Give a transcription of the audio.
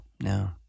no